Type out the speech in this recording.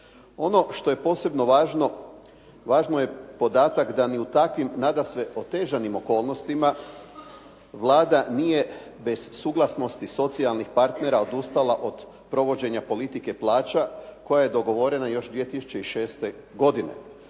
Ono što je posebno važno, važno je podatak da ni u takvim nadasve otežanim okolnostima Vlada nije bez suglasnosti socijalnih partnera odustala od provođenja politike plaća koja je dogovorena još 2006. godine.